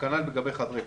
וכנ"ל לגבי חדרי כושר.